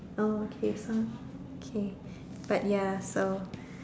oh okay so K but ya so